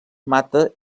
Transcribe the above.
mata